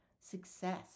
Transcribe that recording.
success